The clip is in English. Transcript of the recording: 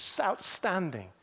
outstanding